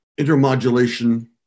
Intermodulation